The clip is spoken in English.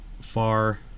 far